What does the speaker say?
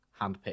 handpicked